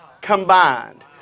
combined